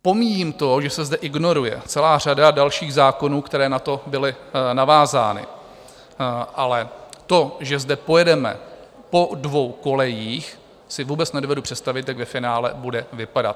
Pomíjím to, že se zde ignoruje celá řada dalších zákonů, které na to byly navázány, ale to, že zde pojedeme po dvou kolejích, si vůbec nedovedu představit, jak ve finále bude vypadat.